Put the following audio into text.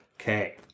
Okay